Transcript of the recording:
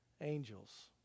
angels